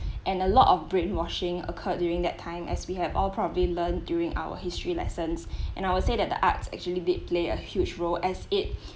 and a lot of brainwashing occurred during that time as we have all probably learn during our history lessons and I would say that the arts actually did play a huge role as it